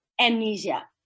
amnesia